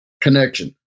connection